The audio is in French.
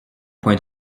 point